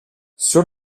sur